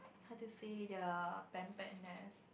how to say their pamperness